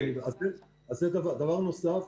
דבר נוסף.